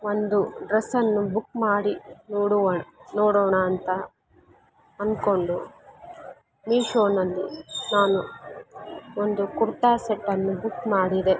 ಒಂದು ಡ್ರಸ್ಸನ್ನು ಬುಕ್ ಮಾಡಿ ನೋಡುವ ನೋಡೋಣ ಅಂತ ಅಂದ್ಕೊಂಡು ಮಿಶೋದಲ್ಲಿ ನಾನು ಒಂದು ಕುರ್ತಾ ಸೆಟ್ಟನ್ನು ಬುಕ್ ಮಾಡಿದೆ